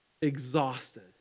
exhausted